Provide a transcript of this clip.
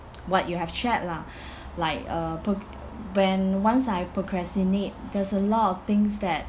what you have shared lah like uh proc~ when once I procrastinate there's a lot of things that